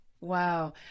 Wow